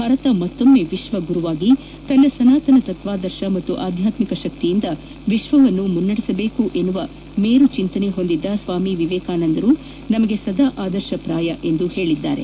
ಭಾರತ ಮತ್ತೊಮ್ಮೆ ವಿಶ್ವಗುರುವಾಗಿ ತನ್ನ ಸನಾತನ ತತ್ವಾದರ್ಶ ಮತ್ತು ಆಧ್ಯಾತ್ಮಿಕ ಶಕ್ತಿಯಿಂದ ವಿಶ್ವವನ್ನು ಮುನ್ನಡೆಸಬೇಕು ಎಂಬ ಮೇರು ಚಿಂತನೆ ಹೊಂದಿದ್ದ ಸ್ವಾಮಿ ವಿವೇಕಾನಂದರು ನಮಗೆ ಸದಾ ಆದರ್ಶಪ್ರಾಯ ಎಂದು ತಿಳಿಸಿದ್ದಾರೆ